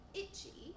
itchy